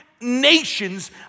nations